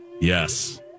Yes